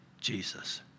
Jesus